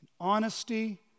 Honesty